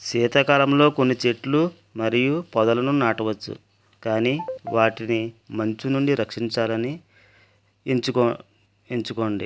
శీతాకాలంలో కొన్ని చెట్లు మరియు పొదలను నాటవచ్చు కానీ కానీ వాటిని మంచు నుండి రక్షించాలని ఎంచుకో ఎంచుకోండి